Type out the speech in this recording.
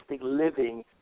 living